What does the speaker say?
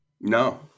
No